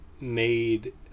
made